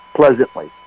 pleasantly